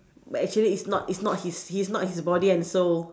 but actually it's not it's not his his not his body and soul